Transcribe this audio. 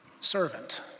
servant